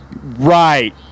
right